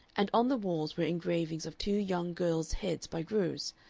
and on the walls were engravings of two young girls' heads by greuze,